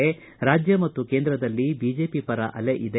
ರಾಜ್ಯ ಮತ್ತು ಕೇಂದ್ರದಲ್ಲಿ ಬಿಜೆಪಿ ಪರ ಅಲೆ ಇದೆ